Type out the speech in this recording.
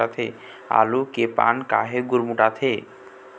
आलू के पान काहे गुरमुटाथे?